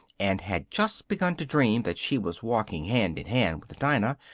and had just begun to dream that she was walking hand in hand with dinah,